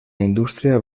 indústria